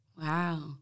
Wow